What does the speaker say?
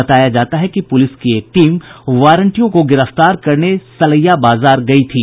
बताया जाता है कि पुलिस की एक टीम वारंटियों को गिरफ्तार करने के लिए सलैया बाजार गयी थी